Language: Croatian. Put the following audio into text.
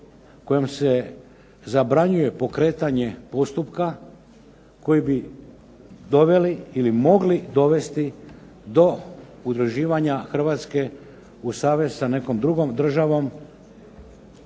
kojom se zabranjuje pokretanje postupka koji bi doveli ili mogli dovesti do udruživanja Hrvatske u savez sa nekom drugom državom